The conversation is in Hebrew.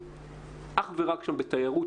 עסוקים אך ורק בתיירות,